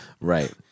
Right